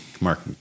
Mark